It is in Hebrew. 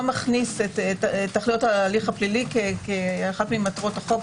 מכניס את תכליות ההליך הפלילי כאחת ממטרות החוק,